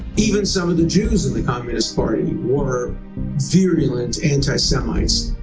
even some of the jews in the communist party were virulent anti-semites.